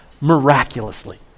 miraculously